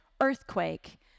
earthquake